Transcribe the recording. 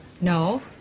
no